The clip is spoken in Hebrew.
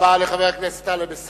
תודה רבה לחבר הכנסת טלב אלסאנע.